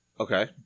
okay